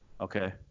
Okay